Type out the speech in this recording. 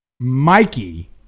Mikey